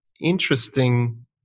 interesting